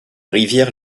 rivière